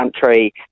country